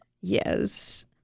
Yes